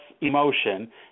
emotion